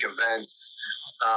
events